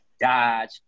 Dodge